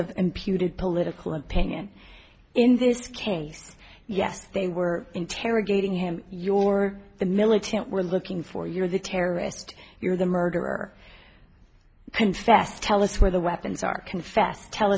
of imputed political opinion in this case yes they were interrogating him your the militant were looking for you're the terrorist you're the murderer confessed tell us where the weapons are confessed tell